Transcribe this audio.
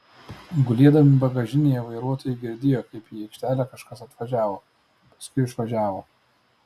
gulėdami bagažinėje vairuotojai girdėjo kaip į aikštelę kažkas atvažiavo paskui išvažiavo